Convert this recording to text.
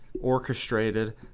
orchestrated